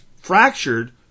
fractured